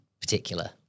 particular